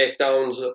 takedowns